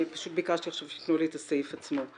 עכשיו ביקשתי שיתנו לי את הסעיף עצמו.